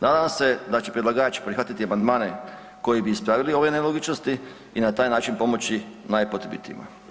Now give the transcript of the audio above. Nadam se da će predlagač prihvatiti amandmane koji bi ispravili ove nelogičnosti i na taj način pomoći najpotrebitijima.